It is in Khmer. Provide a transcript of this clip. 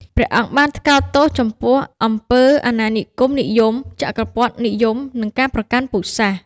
ព្រះអង្គបានថ្កោលទោសចំពោះអំពើអាណានិគមនិយម ចក្រពត្តិនិយម និងការប្រកាន់ពូជសាសន៍។